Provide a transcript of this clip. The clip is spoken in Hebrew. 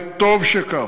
וטוב שכך.